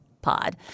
pod